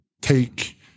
take